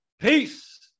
Peace